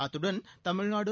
அத்துடன் தமிழ்நாடு